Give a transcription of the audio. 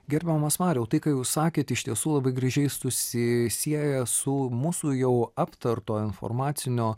gerbiamas mariau tai ką jūs sakėt iš tiesų labai gražiai susisieja su mūsų jau aptarto informacinio